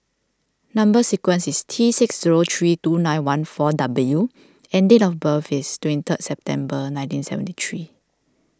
Number Sequence is T six zero three two nine one four W and date of birth is twenty third September nineteen seventy three